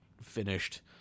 finished